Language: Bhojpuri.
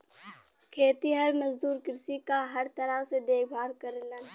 खेतिहर मजदूर कृषि क हर तरह से देखभाल करलन